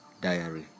Diary